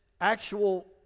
actual